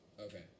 Okay